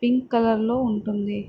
pink కలర్లో ఉంటుంది